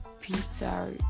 pizza